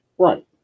Right